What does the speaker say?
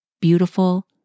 beautiful